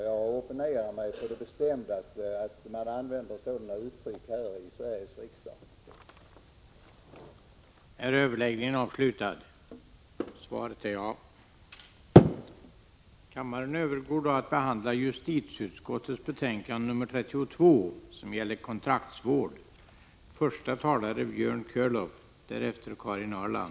Jag opponerar mig på det bestämdaste mot att man använder sådana uttryck här i Sveriges riksdag.